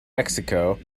mexico